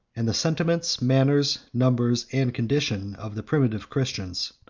and the sentiments, manners, numbers, and condition of the primitive christians.